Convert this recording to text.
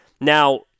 Now